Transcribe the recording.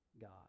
God